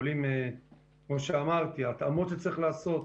עולות התאמות שצריך לעשות.